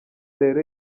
rero